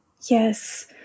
Yes